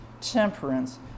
temperance